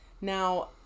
Now